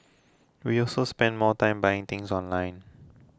we also spend more time buying things online